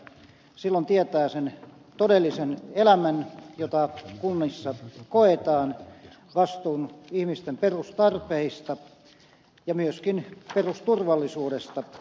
silloin tietää sen todellisen elämän jota kunnissa koetaan vastuun ihmisten perustarpeista ja myöskin perusturvallisuudesta